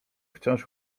wciąż